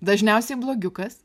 dažniausiai blogiukas